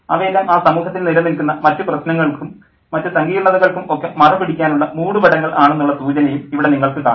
അവയെല്ലാം ആ സമൂഹത്തിൽ നിലനിൽക്കുന്ന മറ്റ് പ്രശ്നങ്ങൾക്കും മറ്റ് സങ്കീർണ്ണതകൾക്കും ഒക്കെ മറ പിടിക്കാനുള്ള മൂടുപടങ്ങൾ ആണെന്നുള്ള സൂചനയും ഇവിടെ നിങ്ങൾക്ക് കാണാം